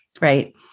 right